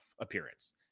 appearance